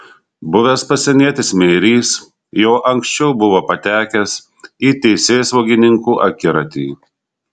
buvęs pasienietis meirys jau anksčiau buvo patekęs į teisėsaugininkų akiratį